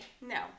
No